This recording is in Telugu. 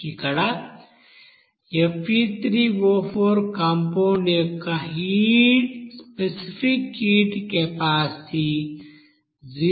ఇక్కడ Fe3O4 కాంపౌండ్ యొక్క స్పెసిఫిక్ హీట్ కెపాసిటీ 0